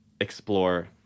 explore